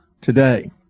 today